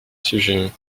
sujet